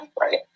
right